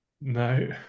No